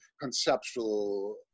conceptual